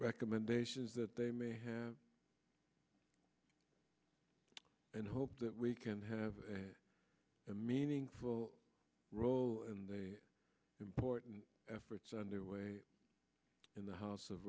recommendations that they may have and hope that we can have a meaningful role in the important efforts underway in the house of